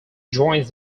joins